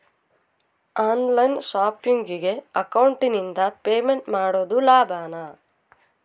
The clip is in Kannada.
ಆನ್ ಲೈನ್ ಶಾಪಿಂಗಿಗೆ ಅಕೌಂಟಿಂದ ಪೇಮೆಂಟ್ ಮಾಡೋದು ಲಾಭಾನ?